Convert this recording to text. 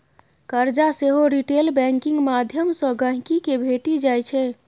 करजा सेहो retail banking माध्यमसँ गांहिकी केँ भेटि जाइ छै